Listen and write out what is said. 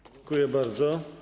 Dziękuję bardzo.